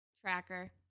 Tracker